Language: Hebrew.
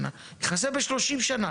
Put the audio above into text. יותר ממצב של רעידת אדמה,